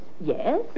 Yes